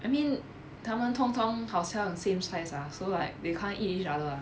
I mean 他们通通好像 same size ah so like they can't eat each other ah